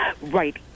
Right